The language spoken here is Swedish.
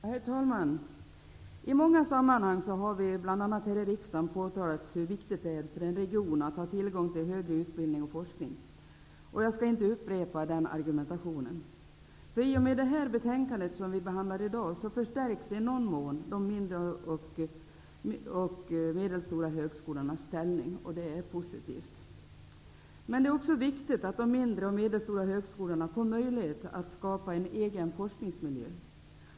Herr talman! I många sammanhang har bl.a. här i riksdagen påtalats hur viktigt det är för en region att ha tillgång till högre utbildning och forskning. Jag skall inte upprepa den argumentationen. I och med det betänkande som diskuteras i dag och de beslut som skall fattas i dag förstärks i någon mån de mindre och medelstora högskolornas ställning. Det är positivt. Det är också viktigt att de mindre och medelstora högskolorna får möjlighet att skapa en egen forskningsmiljö.